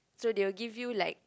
so they'll give you like